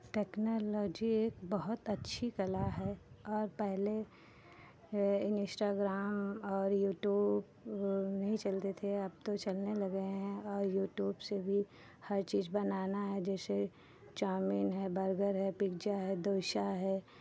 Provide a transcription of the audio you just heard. technology एक बहुत अच्छी कला है और पहले इंस्टाग्राम और यूट्यूब नहीं चलते थे अब तो चलने लगे हैँ और यूट्यूब से भी हर चीज़ बनाना है जैसे चाउमीन है बर्गर है पिज्जा है डोसा है